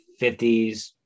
50s